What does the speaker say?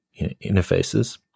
interfaces